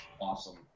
awesome